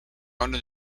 under